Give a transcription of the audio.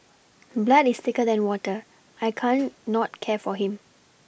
blood is thicker than water I can't not care for him